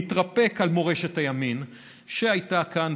להתרפק על מורשת הימין שהייתה כאן,